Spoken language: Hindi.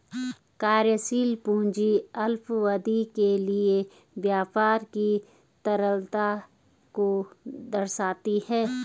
कार्यशील पूंजी अल्पावधि के लिए व्यापार की तरलता को दर्शाती है